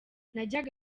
najyaga